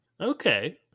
Okay